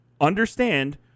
understand